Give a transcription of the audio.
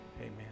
Amen